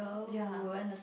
ya